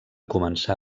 començar